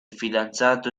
fidanzato